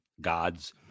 gods